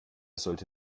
sollte